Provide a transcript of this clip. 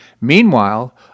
Meanwhile